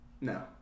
No